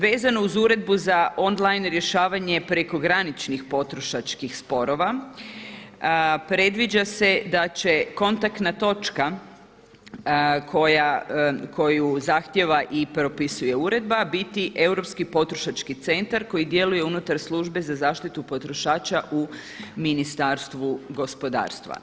Vezano uz uredbu za online rješavanje prekograničnih potrošačkih sporova predviđa se da će kontaktna točka koju zahtjeva i propisuje uredba biti europski potrošački centar koji djeluje unutar Službe za zaštitu potrošača u Ministarstvu gospodarstva.